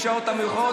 בשעות המאוחרות.